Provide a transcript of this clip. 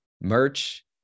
merch